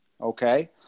okay